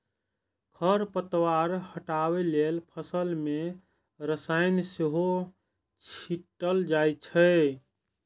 खरपतवार हटबै लेल फसल मे रसायन सेहो छीटल जाए छै